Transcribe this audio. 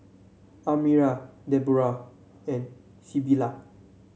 Almyra Debroah and Sybilla